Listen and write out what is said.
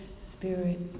spirit